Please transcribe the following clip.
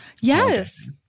Yes